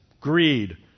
greed